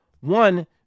One